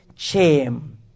Shame